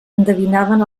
endevinaven